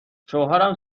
شوهرم